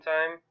Time